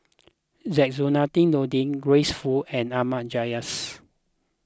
Zainudin Nordin Grace Fu and Ahmad Jais